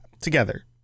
together